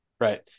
Right